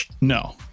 no